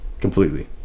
completely